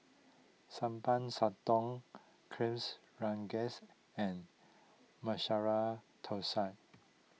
Sambal Sotong Kuihs Rengas and Masala Thosai